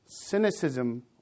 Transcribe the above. cynicism